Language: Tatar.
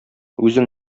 үзең